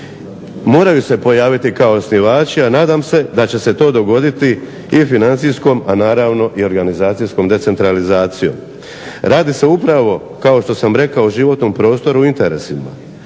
moraju se pojaviti kao osnivači, a nadam se da će se to dogoditi i financijskom, a naravno i organizacijskom decentralizacijom. Radi se upravo kao što sam rekao o životnom prostoru i interesima.